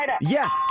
Yes